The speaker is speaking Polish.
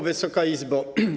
Wysoka Izbo!